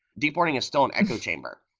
deep learning is still an echo chamber.